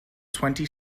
twenty